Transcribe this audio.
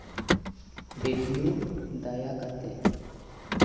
radio ᱫᱟᱭᱟ ᱠᱟᱛᱮᱫ